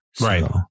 Right